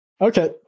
Okay